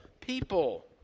people